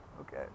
Okay